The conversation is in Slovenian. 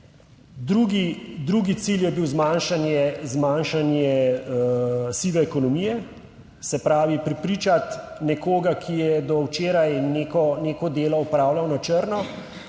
Drug cilj je bil zmanjšanje sive ekonomije, se pravi prepričati nekoga, ki je do včeraj neko delo opravljal na črno,